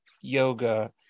yoga